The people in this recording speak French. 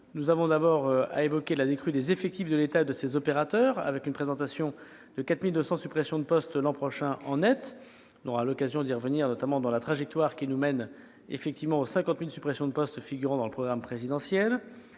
J'évoquerai d'abord la décrue des effectifs de l'État et de ses opérateurs, avec une proposition de 4 200 suppressions de postes l'an prochain en net. Nous aurons l'occasion d'y revenir, notamment dans la trajectoire qui nous mène effectivement aux 50 000 suppressions de postes figurant dans le programme présidentiel.